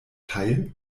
teil